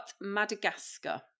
Madagascar